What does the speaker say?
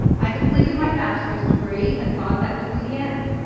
i completed my bachelor's degree and thought that would be the end.